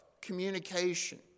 communication